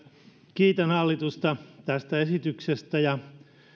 kiitän hallitusta tästä esityksestä ja